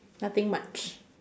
nothing much